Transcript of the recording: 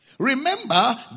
Remember